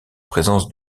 présence